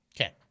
Okay